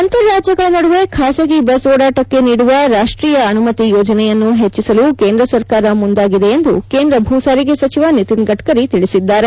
ಅಂತರ್ರಾಜ್ಗಳ ನಡುವೆ ಖಾಸಗಿ ಬಸ್ ಓಡಾಟಕ್ಕೆ ನೀಡುವ ರಾಷ್ಷೀಯ ಅನುಮತಿ ಯೋಜನೆಯನ್ನು ಹೆಚ್ಚಿಸಲು ಕೇಂದ್ರ ಸರ್ಕಾರ ಮುಂದಾಗಿದೆ ಎಂದು ಕೇಂದ್ರ ಭೂ ಸಾರಿಗೆ ಸಚಿವ ನಿತಿನ್ ಗಡ್ಡರಿ ತಿಳಿಸಿದ್ದಾರೆ